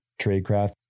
Tradecraft